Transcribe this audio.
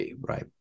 right